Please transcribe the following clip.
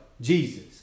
Jesus